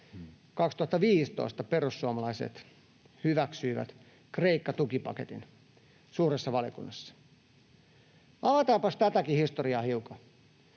2015 perussuomalaiset hyväksyivät Kreikka-tukipaketin suuressa valiokunnassa. Avataanpas tätäkin historiaa hiukan: